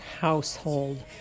household